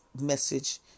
message